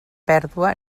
pèrdua